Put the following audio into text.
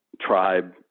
tribe